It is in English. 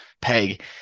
peg